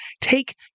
take